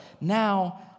now